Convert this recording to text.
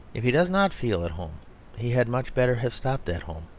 if he does not feel at home he had much better have stopped at home.